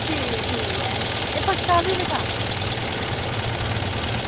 ठीक ऐ ठीक ऐ एह् पक्का फिर तां